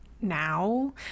now